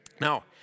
Now